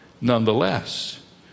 nonetheless